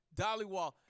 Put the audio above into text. Dollywall